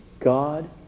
God